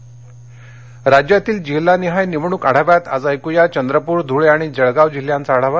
विधानसभा निवडक आढावा राज्यातील जिल्हानिहाय निवडणूक आढाव्यात आज ऐकूया चंद्रपूर धुळे आणि जळगांव जिल्ह्याचा आढावा